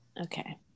okay